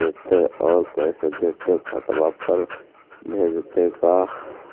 देतै और कैसे देतै खाता पर भेजतै का?